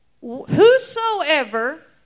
Whosoever